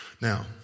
Now